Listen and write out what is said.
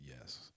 Yes